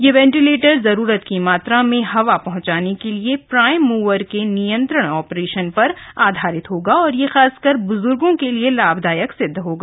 यह वेंटिलेटर जरूरत की मात्रा में हवा पहंचाने के लिए प्राइम मुवर के नियंत्रण ऑपरेशन पर आधारित होगा और यह खासकर बुजुर्गों के लिए लाभदायक सिद्ध होगा